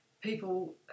people